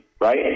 right